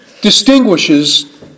distinguishes